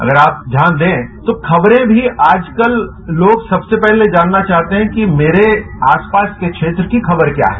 अगर आप ध्याडन दें तो खबरे भी आजकल लोग सबसे पहले जानना चाहते हैं कि मेरे आसपास के क्षेत्र की खबर क्या है